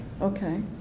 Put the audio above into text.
Okay